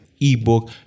ebook